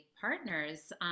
partners